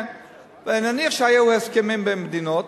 נניח שהיו הסכמים בין מדינות,